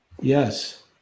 Yes